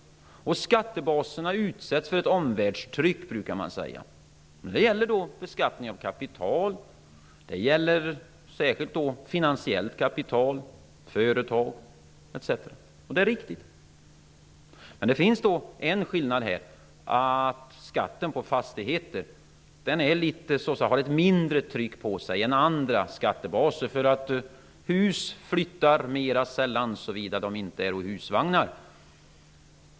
Skattebaserna utsätts för ett omvärldstryck, brukar man säga. Det gäller beskattning av kapital, särskilt finansiellt kapital, företag etc. Även det är riktigt, men det finns en skillnad här. Skatten på fastigheter har ett mindre tryck på sig än andra skattebaser, för hus flyttar mera sällan, såvida de inte är husvagnar.